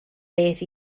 beth